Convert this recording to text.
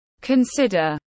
Consider